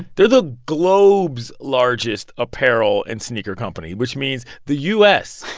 they're the globe's largest apparel and sneaker company, which means the u s.